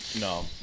No